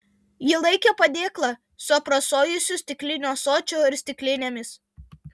ji laikė padėklą su aprasojusiu stikliniu ąsočiu ir stiklinėmis